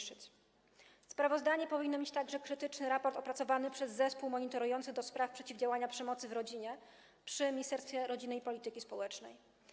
Sprawozdanie powinno mieć także krytyczny raport opracowany przez Zespół Monitorujący do spraw Przeciwdziałania Przemocy w Rodzinie przy Ministerstwie Rodziny, Pracy i Polityki Społecznej.